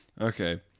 Okay